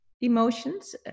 emotions